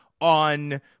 on